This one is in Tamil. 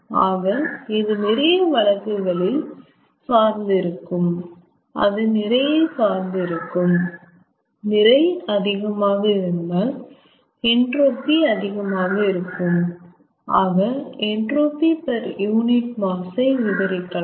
ஆக இது நிறைய வழக்குகளில் சார்ந்து இருக்கும் அது நிறையை சார்ந்து இருக்கும் நிறை அதிகமாக இருந்தால் என்ட்ரோபி அதிகமாக இருக்கும் ஆக என்ட்ரோபி பெர் யூனிட் மாஸ் ஐ விவரிக்கலாம்